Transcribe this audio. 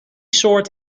soort